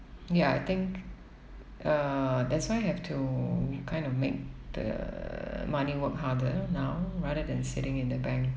ya I think uh that's why have to kind of make the money work harder now rather than sitting in the bank